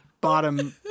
bottom